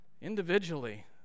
individually